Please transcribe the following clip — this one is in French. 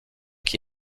qui